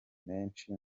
menshi